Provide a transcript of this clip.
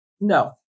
no